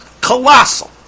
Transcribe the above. colossal